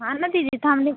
हाँ ना दीदी तो हम लोग